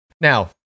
Now